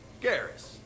Garrus